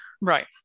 Right